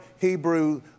Hebrew